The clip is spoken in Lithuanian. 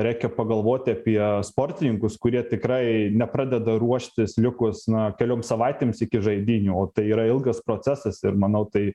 reikia pagalvoti apie sportininkus kurie tikrai nepradeda ruoštis likus na kelioms savaitėms iki žaidynių o tai yra ilgas procesas ir manau tai